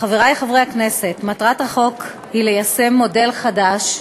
חברי חברי הכנסת, מטרת החוק היא ליישם מודל חדש,